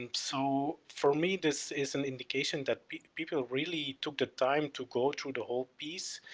um so for me this is an indication that people really took the time to go through the whole piece